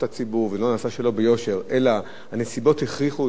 אלא שהנסיבות הכריחו אותם להגיע למצב כזה,